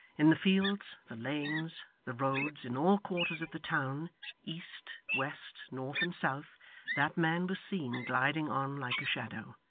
in the fields, the lanes, the roads, in all quarters of the town east, west, north, and south that man was seen gliding on like a shadow.